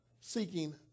seeking